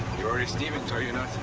are are a stevens, are you not?